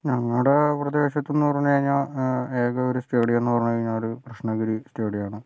ഞങ്ങളുടെ പ്രദേശത്തെന്ന് പറഞ്ഞ് കഴിഞ്ഞാൽ ഏക ഒരു സ്റ്റേഡിയം എന്ന് പറഞ്ഞ് കഴിഞ്ഞാല് കൃഷ്ണഗിരി സ്റ്റേഡിയമാണ്